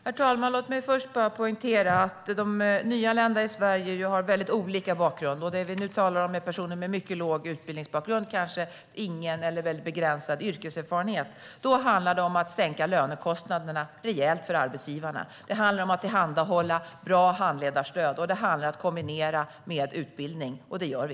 Herr talman! Låt mig poängtera att de nyanlända i Sverige har väldigt olika bakgrund, och nu talar vi om personer med mycket låg utbildning och ingen eller väldigt begränsad yrkeserfarenhet. Då handlar det om att sänka lönekostnaderna rejält för arbetsgivarna, det handlar om att tillhandahålla ett bra handledarstöd och det handlar om att kombinera arbete med utbildning, och det gör vi.